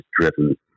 driven